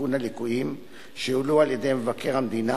לתיקון הליקויים שהועלו על-ידי מבקר המדינה,